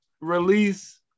release